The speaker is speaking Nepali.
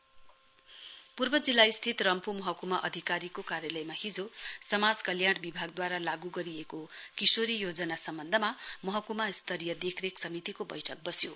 एडोलसेन्ट गर्लस स्किम पूर्व जिल्ला स्थित रम्फू महकुमा अघिकारीको कार्यालयमा हिजो समाज कल्याण विभागद्वारा लागू गरिएको किशोरी योजना सम्वन्धमा महकुमा स्तरीय देखरेख समितिको वैठक वस्यो